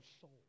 soul